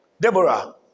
Deborah